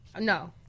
No